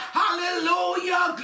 hallelujah